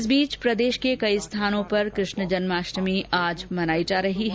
इस बीच प्रदेश के कई स्थानों पर कृष्ण जन्माष्टमी आज मनाई जा रही है